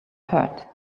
hurt